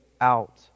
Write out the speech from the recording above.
out